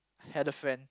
had a friend